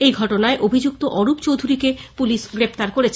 এই ঘটনায় অভিযুক্ত অরূপ চৌধুরীকে পুলিশ গ্রেফতার করেছে